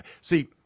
See